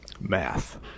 Math